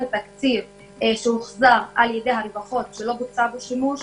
התקציב שהוחזר על-ידי ה- --- שלא בוצע בה שימוש